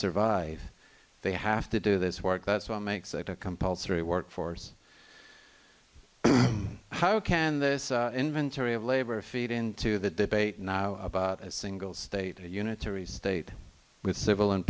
survive they have to do this work that's what makes it a compulsory workforce how can this inventory of labor feed into the debate about a single state a unitary state with civil and